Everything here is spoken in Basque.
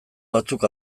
batzuk